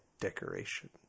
decoration